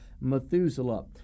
Methuselah